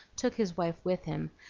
took his wife with him,